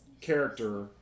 character